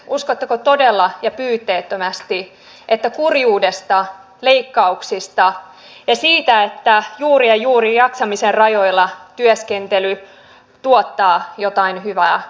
uskotteko todella ja pyyteettömästi että kurjuus leikkaukset ja juuri ja juuri jaksamisen rajoilla työskentely tuottavat jotain hyvää